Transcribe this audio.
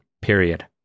period